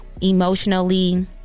Emotionally